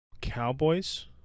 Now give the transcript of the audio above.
Cowboys